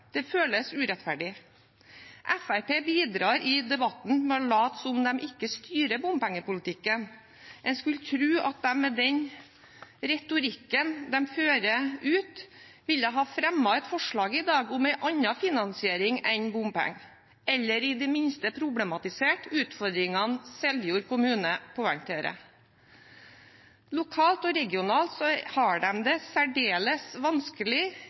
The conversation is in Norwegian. Det føles urettferdig. Fremskrittspartiet bidrar i debatten med å late som om de ikke styrer bompengepolitikken. En skulle tro at de med den retorikken de fører utad, i dag ville ha fremmet et forslag om en annen finansiering enn bompenger, eller i det minste problematisert utfordringene Seljord kommune poengterer. Lokalt og regionalt har de det særdeles vanskelig